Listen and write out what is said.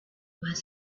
was